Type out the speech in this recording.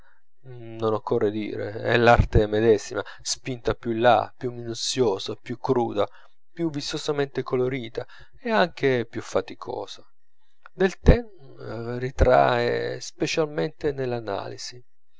flaubert non occorre dire è l'arte medesima spinta più in là più minuziosa più cruda più vistosamente colorita e anche più faticosa del taine ritrae specialmente nell'analisi